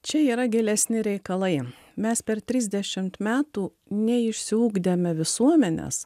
čia yra gilesni reikalai mes per trisdešimt metų neišsiugdėme visuomenės